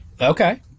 Okay